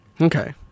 Okay